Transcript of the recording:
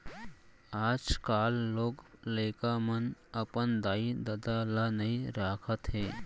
आजकाल लोग लइका मन अपन दाई ददा ल नइ राखत हें